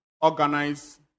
organize